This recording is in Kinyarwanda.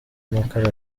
amakara